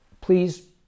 please